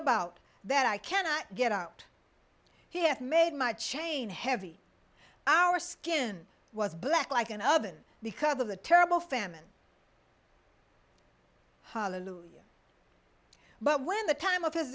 about that i cannot get out he has made my chain heavy our skin was black like an oven because of the terrible famine but when the time of his